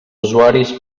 usuaris